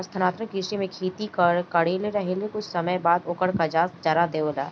स्थानांतरण कृषि में खेत खाली रहले के कुछ समय बाद ओकर कंजास जरा देवल जाला